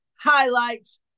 highlights